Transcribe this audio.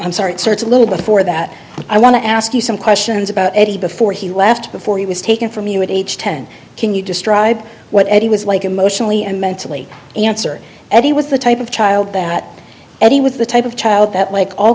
i'm sorry search of little before that i want to ask you some questions about eddie before he left before he was taken from you at age ten can you describe what eddie was like emotionally and mentally answered ed he was the type of child that he was the type of child that like all